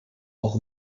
auch